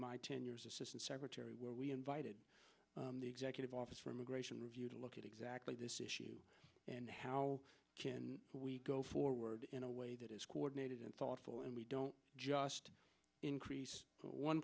my ten years assistant secretary where we invited the executive office for immigration review to look at exactly this issue and how can we go forward in a way that is coordinated and thoughtful and we don't just increase one